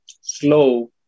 slow